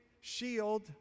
shield